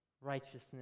righteousness